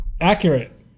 Accurate